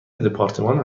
دپارتمان